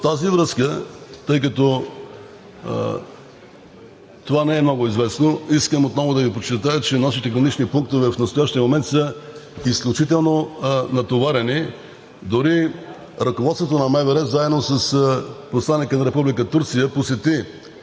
тази връзка, тъй като това не е много известно, искам отново да Ви подчертая, че нашите гранични пунктове в настоящия момент са изключително натоварени. Дори ръководството на МВР заедно с посланика